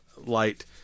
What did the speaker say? light